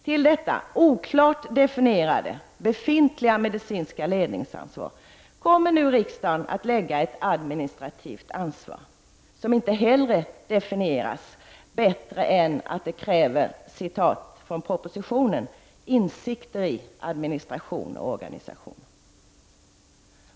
Till detta oklart definierade, befintliga medicinska ledningsansvar kommer nu riksdagen att lägga ett administrativt ansvar som inte heller definieras bättre än att det kräver — med ett citat från propositionen — ”insikter” i administration och organisation.